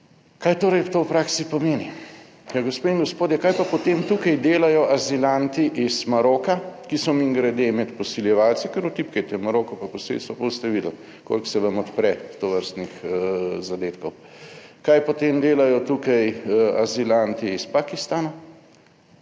Ja, gospe in gospodje, kaj pa potem tukaj delajo azilanti iz Maroka, ki so mimogrede med posiljevalci? (Kar vtipkajte Maroko pa posilstvo pa boste videli koliko se vam odpre tovrstnih zadetkov.) Kaj potem delajo tukaj azilanti iz Pakistana?